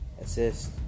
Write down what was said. assist